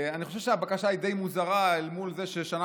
אני חושב שהבקשה היא די מוזרה אל מול זה שבשנה